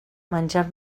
menjar